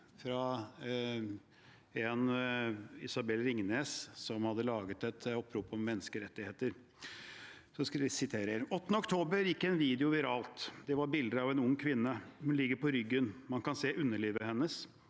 til Isabelle Ringnes, som hadde laget et opprop om menneskerettigheter. Jeg siterer: «8. oktober gikk en video viralt. Det var bilder av en ung kvinne. Hun ligger på ryggen, man kan se underlivet hennes.